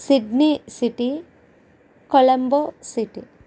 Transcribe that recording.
Sydney city Colombo city